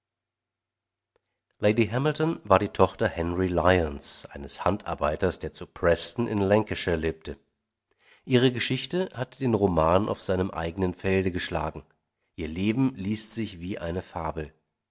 lady hamilton war die tochter henry lyons eines handarbeiters der zu preston in lancashire lebte ihre geschichte hat den roman auf seinem eigenen felde geschlagen ihr leben liest sich wie eine fabel